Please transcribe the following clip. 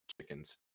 chickens